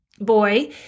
boy